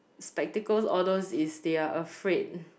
spectacles all those is they are afraid